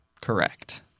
Correct